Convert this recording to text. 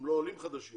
הם לא עולים חדשים,